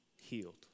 healed